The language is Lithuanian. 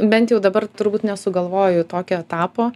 bent jau dabar turbūt nesugalvoju tokio etapo